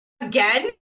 Again